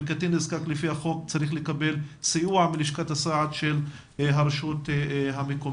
וקטין נזקק לפי החוק צריך לקבל סיוע מלשכת הסעד של הרשות המקומית.